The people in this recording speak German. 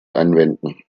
anwenden